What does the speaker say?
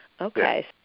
Okay